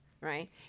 right